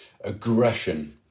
aggression